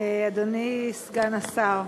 אדוני סגן השר,